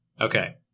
Okay